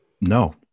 No